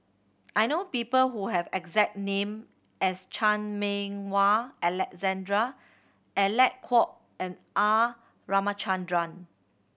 I know people who have the exact name as Chan Meng Wah Alexander Alec Kuok and R Ramachandran